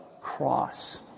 cross